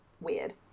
weird